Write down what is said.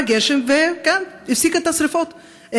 בא גשם והפסיק את השרפות,